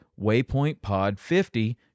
waypointpod50